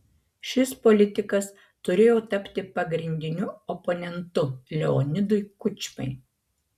šis politikas turėjo tapti pagrindiniu oponentu leonidui kučmai